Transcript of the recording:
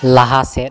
ᱞᱟᱦᱟ ᱥᱮᱫ